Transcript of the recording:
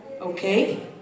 Okay